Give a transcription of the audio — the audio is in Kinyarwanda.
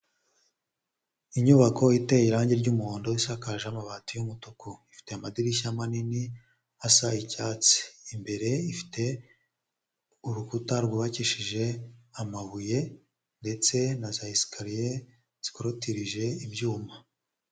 Inyubako iteye irangi ry'umuhondo isakaje amabati y'umutuku, ifite amadirishya manini asa icyatsi, imbere ifite urukuta rwubakishije amabuye ndetse na za esikariye zikotirije ibyuma.